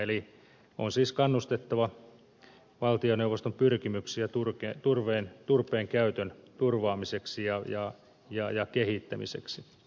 eli on siis kannustettava valtioneuvoston pyrkimyksiä turpeen käytön turvaamiseksi ja kehittämiseksi